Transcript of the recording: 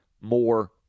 more